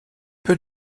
peu